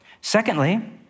Secondly